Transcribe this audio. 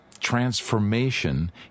transformation